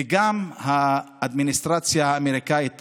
וגם האדמיניסטרציה האמריקאית